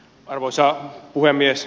arvoisa puhemies